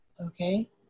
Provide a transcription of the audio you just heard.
Okay